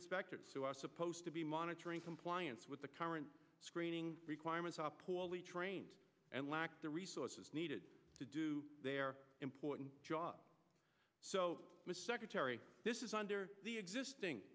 inspectors who are supposed to be monitoring compliance with the current screening requirements are poorly trained and lacked the resources needed to do their important job so mr secretary this is under the existing